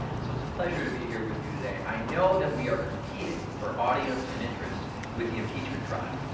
so, it's a pleasure to be here with you today. i know that we are competing for audience and interest with the impeachment trial,